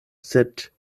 sed